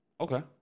Okay